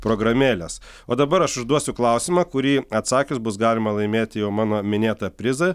programėlės o dabar aš užduosiu klausimą kurį atsakius bus galima laimėti jau mano minėtą prizą